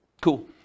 Cool